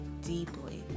deeply